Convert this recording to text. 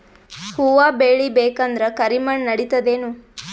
ಹುವ ಬೇಳಿ ಬೇಕಂದ್ರ ಕರಿಮಣ್ ನಡಿತದೇನು?